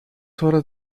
horas